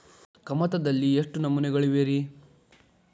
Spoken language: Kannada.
ಕಮತದಲ್ಲಿ ಎಷ್ಟು ನಮೂನೆಗಳಿವೆ ರಿ?